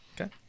Okay